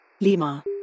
Lima